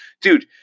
dude